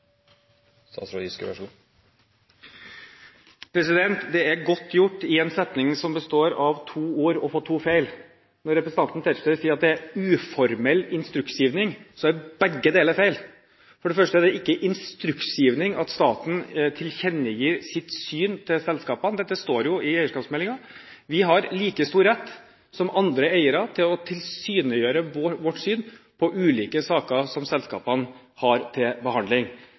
godt gjort – i en setning som består av to ord – å få to feil. Når representanten Tetzschner sier at det er uformell instruksgivning, så er begge ordene feil! For det første er det ikke instruksgivning at staten tilkjennegir sitt syn til selskapene. Dette står jo i eierskapsmeldingen. Vi har like stor rett som andre eiere til å tilkjennegi vårt syn på ulike saker som selskapene har til behandling.